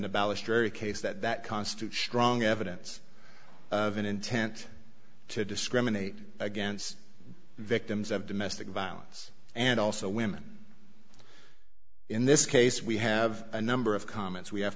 balustrade case that that constitutes strong evidence of an intent to discriminate against victims of domestic violence and also women in this case we have a number of comments we have